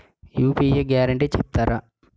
UPI guarantee చెప్తారా?